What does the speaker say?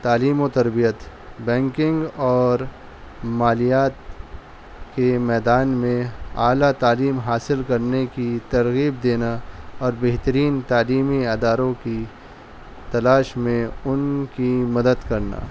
تعلیم و تربیت بینکنگ اور مالیات کے میدان میں اعلیٰ تعیلم حاصل کرنے کی ترغیب دینا اور بہترین تعلیمی اداروں کی تلاش میں ان کی مدد کرنا